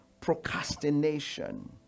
procrastination